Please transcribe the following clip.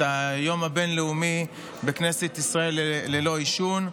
היום הבין-לאומי בכנסת ישראל ללא עישון.